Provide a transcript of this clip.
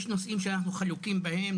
יש נושאים שאנחנו חלוקים בהם,